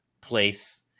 place